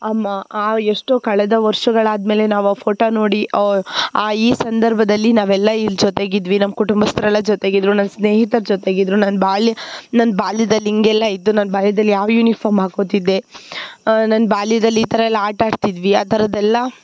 ಆ ಮ ಆ ಎಷ್ಟೋ ಕಳೆದ ವರ್ಷಗಳು ಆದ ಮೇಲೆ ನಾವು ಆ ಫೋಟ ನೋಡಿ ಆ ಈ ಸಂದರ್ಭದಲ್ಲಿ ನಾವೆಲ್ಲ ಇಲ್ಲಿ ಜೊತೆಗಿದ್ವಿ ನಮ್ಮ ಕುಟುಂಬಸ್ಥರೆಲ್ಲ ಜೊತೆಗಿದ್ದರು ನನ್ನ ಸ್ನೇಹಿತರೂ ಜೊತೆಗಿದ್ದರು ನನ್ನ ಬಾಲ್ಯ ನನ್ನ ಬಾಲ್ಯದಲ್ಲಿ ಹಿಂಗೆಲ್ಲ ಇತ್ತು ನನ್ನ ಬಾಲ್ಯದಲ್ಲಿ ಯಾವ ಯೂನಿಫಾರ್ಮ್ ಹಾಕ್ಕೊಳ್ತಿದ್ದೆ ನನ್ನ ಬಾಲ್ಯದಲ್ಲಿ ಈ ಥರ ಎಲ್ಲ ಆಟ ಆಡ್ತಿದ್ವಿ ಆ ಥರದ್ದೆಲ್ಲ